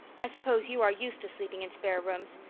i suppose you are used to sleeping in spare rooms.